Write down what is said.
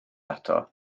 ato